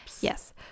Yes